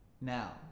Now